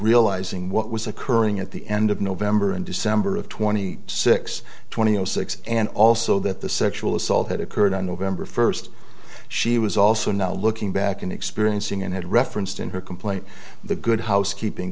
realizing what was occurring at the end of november and december of twenty six twenty zero six and also that the sexual assault had occurred on november first she was also not looking back and experiencing and had referenced in her complaint the good housekeeping